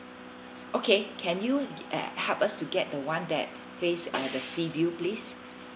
okay can you uh help us to get the [one] that face uh the sea view please